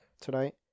tonight